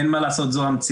אין מה לעשות, זו המציאות.